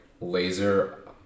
laser